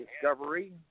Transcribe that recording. discovery